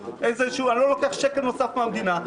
אני לא לוקח שקל נוסף מהמדינה,